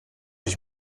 ich